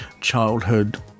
childhood